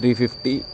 three fifty